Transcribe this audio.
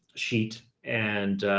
sheet, and